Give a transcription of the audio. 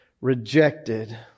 rejected